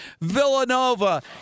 Villanova